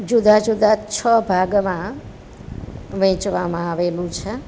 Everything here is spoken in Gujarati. જુદા જુદા છ ભાગમાં વહેંચવામાં આવેલું છે